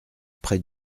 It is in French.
près